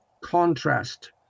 contrast